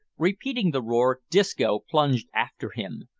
repeating the roar, disco plunged after him.